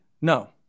No